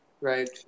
Right